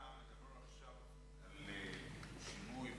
נושא לגופו.